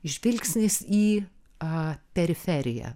žvilgsnis į a periferiją